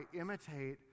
imitate